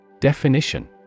Definition